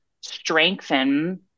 strengthen